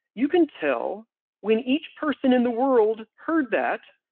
you can tell when each person in the world heard that.